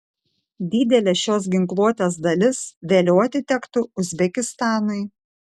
didelė šios ginkluotės dalis vėliau atitektų uzbekistanui